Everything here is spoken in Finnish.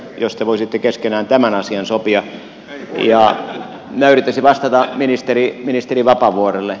jos te voisitte keskenänne tämän asian sopia ja minä yrittäisin vastata ministeri vapaavuorelle